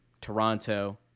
Toronto